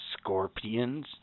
scorpions